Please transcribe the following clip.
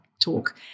talk